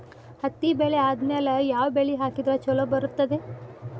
ಹತ್ತಿ ಬೆಳೆ ಆದ್ಮೇಲ ಯಾವ ಬೆಳಿ ಹಾಕಿದ್ರ ಛಲೋ ಬರುತ್ತದೆ?